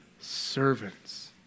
servants